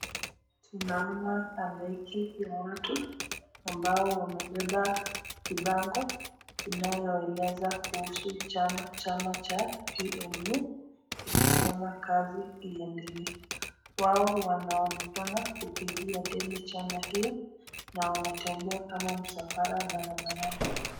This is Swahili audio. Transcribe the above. Tunaona halaiki ya watu ambao wamebeba vibango inayoeleza kuhusu chama cha PNU ikisema kazi iendelee, wao wanaonekana kupigia debe chama hiyo na wanatembea kama msafara barabarani.